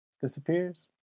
Disappears